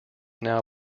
now